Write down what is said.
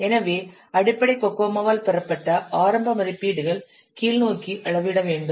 எனவே அடிப்படை கோகோமோவால் பெறப்பட்ட ஆரம்ப மதிப்பீடுகள் கீழ்நோக்கி அளவிட வேண்டும்